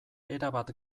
erabat